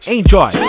Enjoy